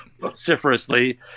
vociferously